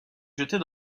jetait